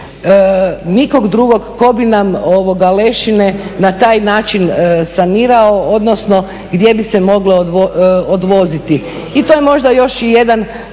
nikog drugog tko bi nam lešine na taj način sanirao odnosno gdje bi se moglo odvoziti. I to je možda još i jedan